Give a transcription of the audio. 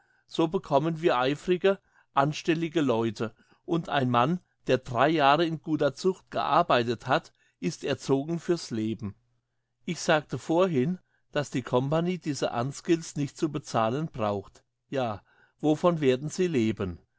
so bekommen wir eifrige anstellige leute und ein mann der drei jahre in guter zucht gearbeitet hat ist erzogen für's leben ich sagte vorhin dass die company diese unskilleds nicht zu bezahlen braucht ja wovon werden sie leben